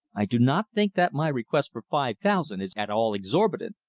i do not think that my request for five thousand is at all exorbitant.